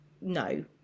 no